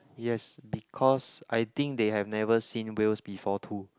yes because I think they have never seen whales before too